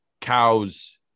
cows